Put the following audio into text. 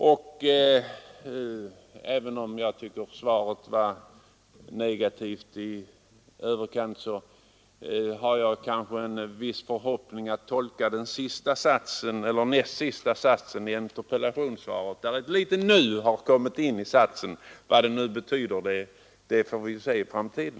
Och även om jag tycker att svaret var negativt i överkant hyser jag vissa förhoppningar med anledning av det ”nu” som står i näst sista satsen. Vad det betyder får vi se i framtiden.